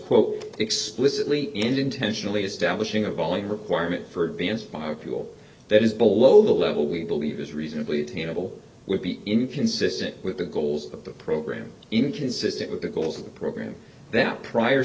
quote explicitly intentionally establishing a volume requirement for advanced biofuel that is below the level we believe is reasonably tina would be inconsistent with the goals of the program inconsistent with the goals of the program that prior